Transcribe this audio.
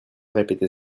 répéter